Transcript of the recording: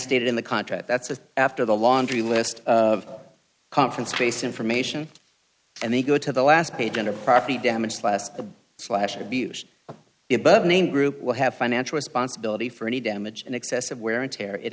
stated in the contract that says after the laundry list of conference trace information and they go to the last page in a property damage class a slash abused the above named group will have financial responsibility for any damage and excessive wear and tear it